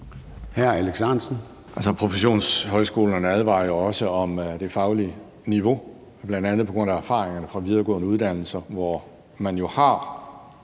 Professionshøjskolerne advarer jo også om det faglige niveau, bl.a. på grund af erfaringerne fra videregående uddannelser, hvor man har